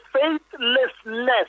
faithlessness